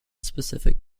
specific